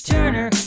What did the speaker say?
Turner